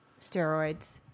steroids